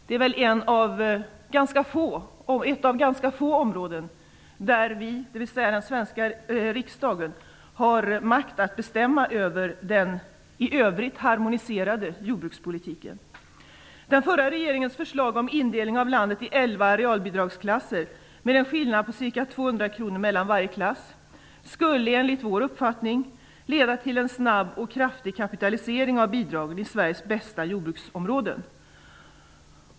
Det är ett av de ganska få områden där den svenska riksdagen har makt att bestämma över den i övrigt harmoniserade jordbrukspolitiken. 200 kr mellan varje klass skulle enligt vår uppfattning leda till en snabb och kraftig kapitalisering av bidragen i Sveriges bästa jordbruksområden.